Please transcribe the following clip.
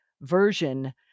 version